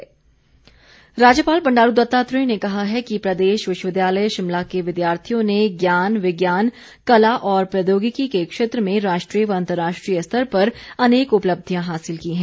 स्थापना दिवस राज्यपाल बंडारू दत्तात्रेय ने कहा है कि प्रदेश विश्वविद्यालय शिमला के विद्यार्थियों ने ज्ञान विज्ञान कला और प्रौद्योगिकी के क्षेत्र में राष्ट्रीय व अंतर्राष्ट्रीय स्तर पर अनेक उपलब्धियां हासिल की हैं